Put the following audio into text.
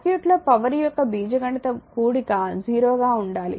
సర్క్యూట్లో పవర్ యొక్క బీజగణిత కూడిక 0 గా ఉండాలి